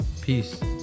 Peace